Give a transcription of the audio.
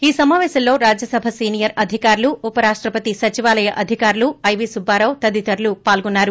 ఈ సమాపేశంలో రాజ్యసభ సీనియర్ అధికారులు ఉపరాష్టపతి సచివాలయ అధికారులు ఐవీ సుబ్బారావు తదితరులు పాల్గొన్నారు